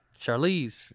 Charlize